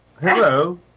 Hello